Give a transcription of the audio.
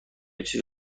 چیز